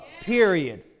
period